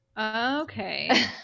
Okay